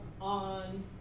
on